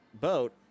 boat